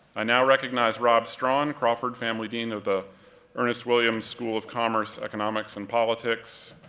i now recognize rob straughan, crawford family dean of the ernest williams school of commerce, economics, and politics,